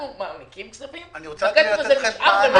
אנחנו מעניקים כספים, והכסף הזה נשאר ולא מחולק.